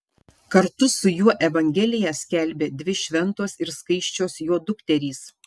kartu su juo evangeliją skelbė dvi šventos ir skaisčios jo dukterys